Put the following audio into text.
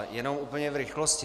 Jenom úplně v rychlosti.